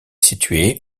situé